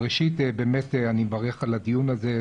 ראשית, אני מברך על הדיון הזה.